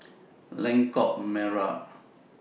Lengkok Merak